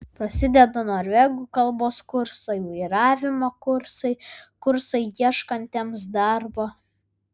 prasideda norvegų kalbos kursai vairavimo kursai kursai ieškantiems darbo